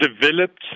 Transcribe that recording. developed